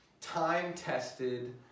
time-tested